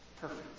perfect